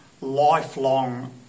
lifelong